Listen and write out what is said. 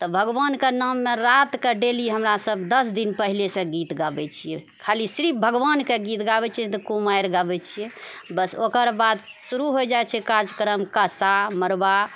तऽ भगवानके नाममे रातिके डेली हमरा सभ दश दिन पहिलेसँ गीत गाबै छिऐ खालि सिर्फ भगवानके गीत गाबै छिऐ नहि तऽ कुमारि गाबै छिऐ बस ओकर बाद शुरु होइ जाइछै कार्यक्रम कासा मरबा